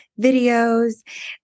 videos